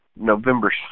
November